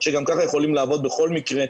שגם ככה יכולים לעבוד בכל מקרה,